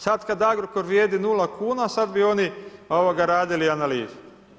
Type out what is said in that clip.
Sad kad Agrokor vrijedi nula kuna, sad bi oni radili analize.